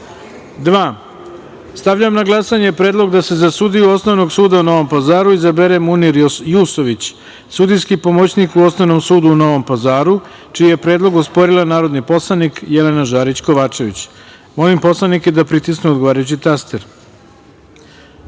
Somboru. Stavljam na glasanje predlog da se za sudiju Osnovnog suda u Novom Pazaru izabere Munir Jusović, sudijski pomoćnik u Osnovnom sudu u Novom Pazaru, čiji je predlog osporila narodni poslanik Jelena Žarić Kovačević. Molim poslanike da pritisnu odgovarajući